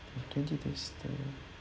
twenty-two september